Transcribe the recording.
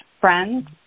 friends